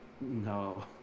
No